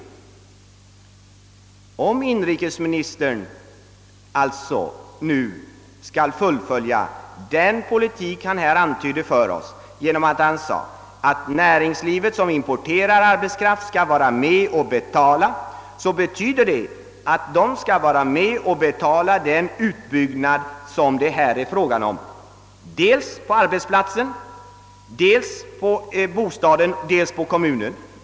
Ett fullföljande av den politik som in rikesministern antytt, d.v.s. att näringslivet som importerar arbetskraften skall bidraga till kostnaden för denna, betyder att företagen skall vara med och betala den utbyggnad som blir aktuell dels av arbetsplatserna, dels av bostäderna, dels av kommunerna.